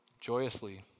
joyously